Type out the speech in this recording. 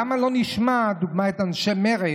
למה לא נשמע, לדוגמה, את אנשי מרצ,